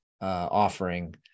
offering